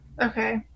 Okay